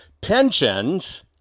Pensions